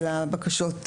של הבקשות,